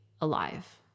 alive